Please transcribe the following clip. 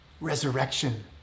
Resurrection